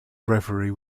reverie